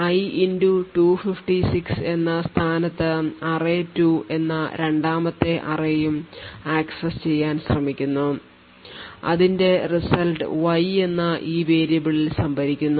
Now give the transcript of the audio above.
i 256 എന്ന സ്ഥാനത്ത് array2 എന്ന രണ്ടാമത്തെ അറേയും access ചെയ്യാൻ ശ്രമിക്കുന്നു അതിന്റെ result y എന്ന ഈ variable ൽ സംഭരിക്കപ്പെടുന്നു